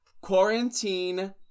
Quarantine